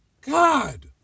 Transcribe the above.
God